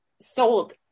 sold